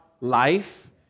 life